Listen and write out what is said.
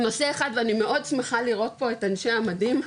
נושא אחד ואני מאוד שמחה לראות פה את אנשי המדים,